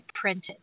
printed